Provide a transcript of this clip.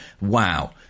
wow